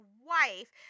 wife